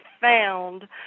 found